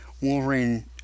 Wolverine